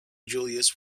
julius